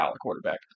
quarterback